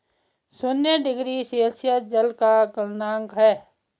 शून्य degree Celsius जल का गलनांक है